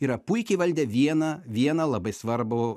yra puikiai įvaldę vieną vieną labai svarbų